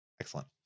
Excellent